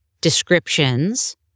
descriptions